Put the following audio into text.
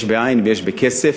יש בעין ויש בכסף.